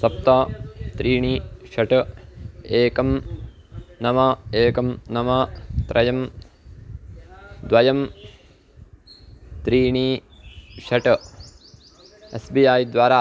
सप्त त्रीणि षट् एकं नव एकं नव त्रयं द्वयं त्रीणि षट् एस् बि ऐ द्वारा